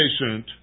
patient